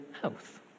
health